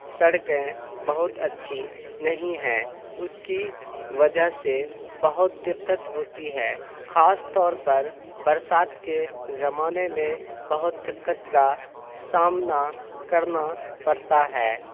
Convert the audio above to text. سڑکیں بہت اچھی نہیں ہیں اس کی وجہ سے بہت دقت ہوتی ہے خاص طور پر برسات کے زمانے میں بہت دقت کا سامنا کرنا پڑتا ہے